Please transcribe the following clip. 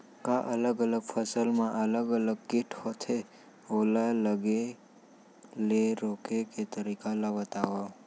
का अलग अलग फसल मा अलग अलग किट होथे, ओला लगे ले रोके के तरीका ला बतावव?